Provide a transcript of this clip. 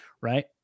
right